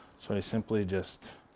so i simply just